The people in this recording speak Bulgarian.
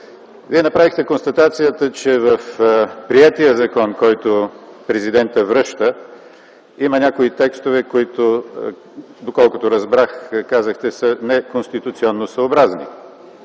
Вие направихте констатацията, че в приетия закон, който Президентът връща, има някои текстове, които, доколкото разбрах, казахте са неконституционосъобразни.